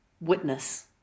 witness